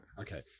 okay